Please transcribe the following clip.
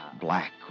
Black